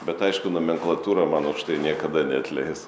bet aišku nomenklatūra man už tai niekada neatleis